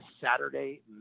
Saturday